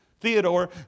Theodore